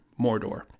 Mordor